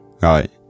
Right